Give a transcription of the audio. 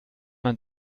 man